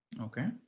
Okay